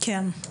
כן.